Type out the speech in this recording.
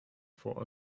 for